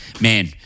man